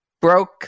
broke